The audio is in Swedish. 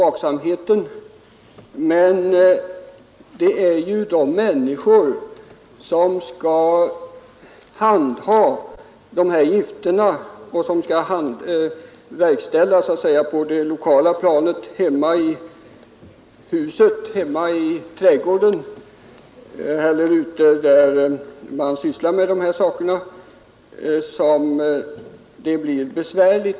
På det planet finns en vaksamhet. Besvärligheterna kommer snarare när det gäller de människor som skall handha gifterna på det lokala planet — hemma i huset, i trädgården eller på andra ställen.